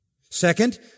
Second